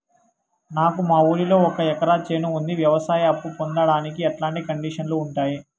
నాకు మా ఊరిలో ఒక ఎకరా చేను ఉంది, వ్యవసాయ అప్ఫు పొందడానికి ఎట్లాంటి కండిషన్లు ఉంటాయి?